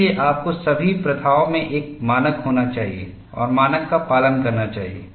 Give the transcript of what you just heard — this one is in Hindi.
इसलिए आपको सभी प्रथाओं में एक मानक होना चाहिए और मानक का पालन करना चाहिए